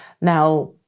Now